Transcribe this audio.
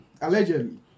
allegedly